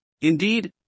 indeed